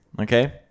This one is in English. Okay